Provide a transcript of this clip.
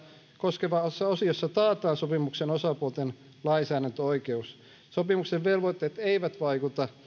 koskevassa osiossa taataan sopimuksen osapuolten lainsäädäntöoikeus sopimuksen velvoitteet eivät vaikuta